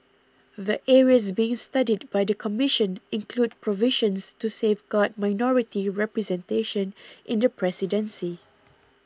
the areas being studied by the Commission include provisions to safeguard minority representation in the presidency